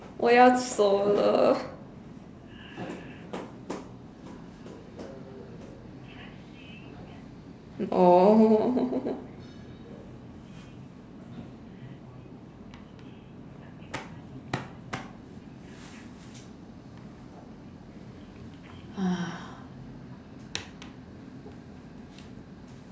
我要走了